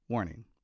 Warning